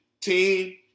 team